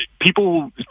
people